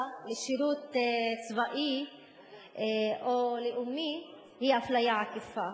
לשירות צבאי או לאומי היא אפליה עקיפה,